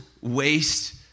waste